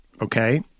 okay